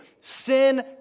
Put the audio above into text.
sin